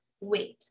wait